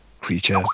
creature